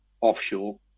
offshore